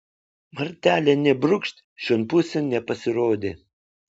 martelė nė brūkšt šion pusėn nepasirodė